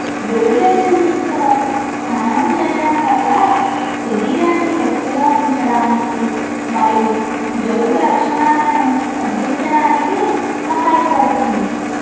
గోరువెచ్చటి నీటితో స్నానం చేయడం వల్ల శరీరాన్ని వెచ్చగా ఉంచడానికి మరియు జలుబు లక్షణాలను తగ్గించడానికి సహాయపడుతుంది